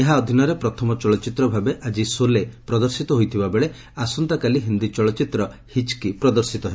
ଏହା ଅଧୀନରେ ପ୍ରଥମ ଚଳଚ୍ଚିତ୍ର ଭାବେ ଆକି ସୋଲେ ପ୍ରଦର୍ଶିତ ହୋଇଥିବାବେଳେ ଆସନ୍ତାକାଲି ହିନ୍ଦୀ ଚଳଚ୍ଚିତ୍ର ହିଚ୍କୀ ପ୍ରଦର୍ଶିତ ହେବ